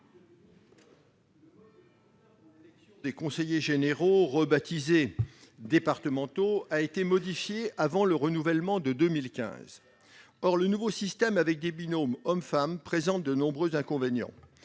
Le mode d'élection des conseillers généraux, rebaptisés « départementaux », a été modifié avant le renouvellement de 2015. Or le nouveau système, qui comprend des binômes homme-femme, présente de nombreux inconvénients.